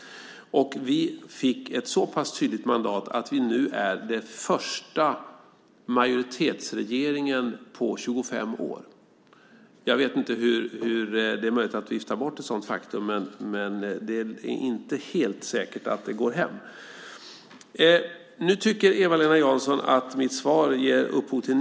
Och vi fick ett så pass tydligt mandat att vi nu är den första majoritetsregeringen på 25 år. Jag vet inte hur det är möjligt att vifta bort ett sådant faktum. Det är inte helt säkert att det går hem.